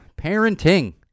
Parenting